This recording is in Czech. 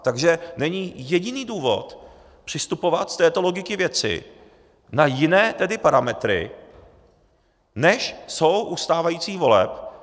Takže není jediný důvod přistupovat z této logiky věci na jiné parametry, než jsou u stávajících voleb.